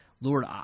Lord